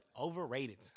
Overrated